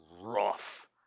rough